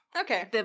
Okay